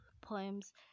poems